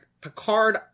Picard